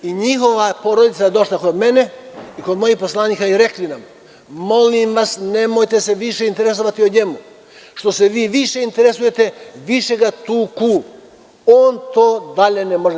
Njihova porodica je došla kod mene i kod mojih poslanika i rekli nam – molim vas, nemojte se više interesovati o njemu, što se vi više interesujete, više ga tuku, on to dalje ne može